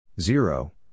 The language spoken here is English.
Zero